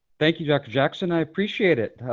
thank you, dr. jackson. i appreciate it.